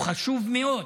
הוא חשוב מאוד,